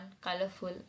colorful